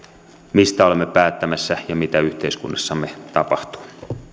mistä olemme päättämässä ja mitä yhteiskunnassamme tapahtuu